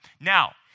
Now